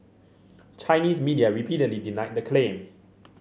Chinese media repeatedly denied the claim